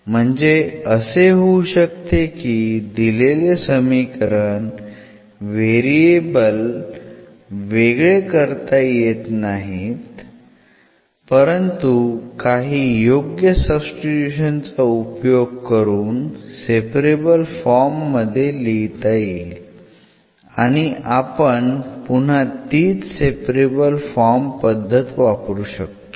म्हणजे असे होऊ शकते की दिलेले समीकरणात व्हेरिएबल वेगळे करता येणार नाहीत परंतु काही योग्य सब्स्टिट्यूशन चा उपयोग करून सेपरेबल फॉर्म मध्ये लिहिता येईल आणि आपण पुन्हा तीच सेपरेबल फॉर्म पद्धत शकतो